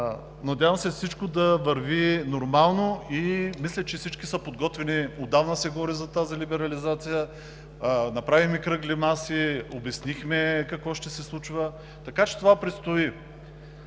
Надявам се всичко да върви нормално и мисля, че всички са подготвени, отдавна се говори за тази либерализация, направихме кръгли маси, обяснихме какво ще се случва, така че това предстои.